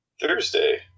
Thursday